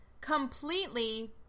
completely